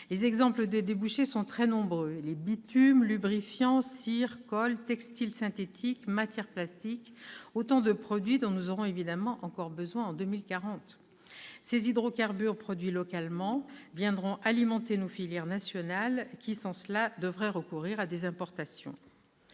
Les exemples de débouchés sont très nombreux : bitumes, lubrifiants, cires, colles, textiles synthétiques ou matières plastiques, autant de produits dont nous aurons évidemment encore besoin en 2040. Ces hydrocarbures produits localement viendront alimenter nos filières nationales, qui, sans cela, devraient recourir à des importations.